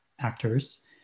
actors